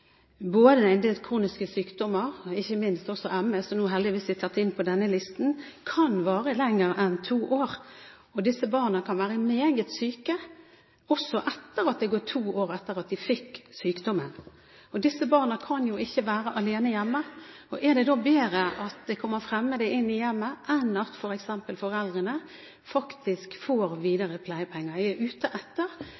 kroniske sykdommer – ikke minst ME, som nå heldigvis er tatt inn på denne listen – som kan vare lenger enn to år. Disse barna kan være meget syke, også etter at det har gått to år etter at de fikk sykdommen. Disse barna kan jo ikke være alene hjemme. Er det da bedre at det kommer fremmede inn i hjemmet enn at f.eks. foreldrene videre får